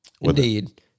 Indeed